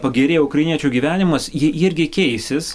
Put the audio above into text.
pagerėjo ukrainiečių gyvenimas jie jie irgi keisis